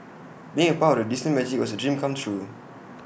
being A part of the Disney magic was A dream come true